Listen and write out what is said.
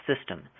system